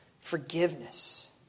Forgiveness